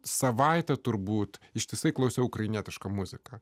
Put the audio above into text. savaitę turbūt ištisai klausiau ukrainietiška muzika